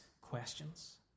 questions